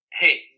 Hey